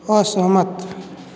असहमत